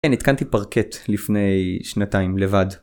כן, התקנתי פרקט לפני שנתיים לבד.